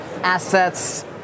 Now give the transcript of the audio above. assets